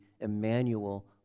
Emmanuel